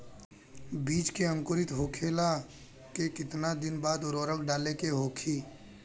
बिज के अंकुरित होखेला के कितना दिन बाद उर्वरक डाले के होखि?